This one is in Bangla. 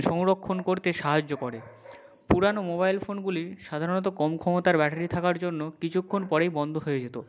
সংরক্ষণ করতে সাহায্য করে পুরানো মোবাইল ফোনগুলি সাধারণত কম ক্ষমতার ব্যাটারি থাকার জন্য কিছুক্ষণ পরেই বন্ধ হয়ে যেতো